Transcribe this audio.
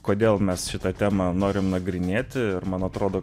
kodėl mes šitą temą norim nagrinėti ir man atrodo